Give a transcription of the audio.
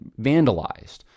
vandalized